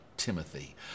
Timothy